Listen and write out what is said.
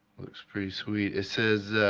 looks pretty sweet. it says